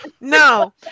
no